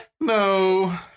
no